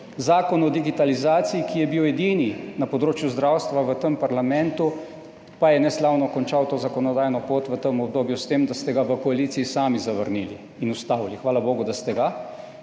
Zakon o digitalizaciji, ki je bil edini na področju zdravstva v tem parlamentu, pa je neslavno končal to zakonodajno pot v tem obdobju, s tem, da ste ga v koaliciji sami zavrnili in ustavili. Hvala bogu, da ste ga,